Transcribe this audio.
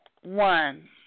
One